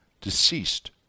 deceased